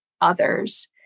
others